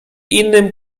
innym